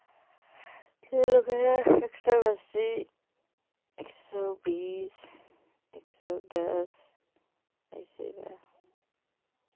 छः लोग हैं एक सौ अस्सी एक सौ बीस एक सौ दस ऐसे वह